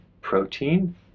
protein